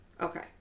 Okay